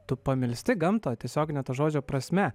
tu pamilsti gamtą tiesiogine to žodžio prasme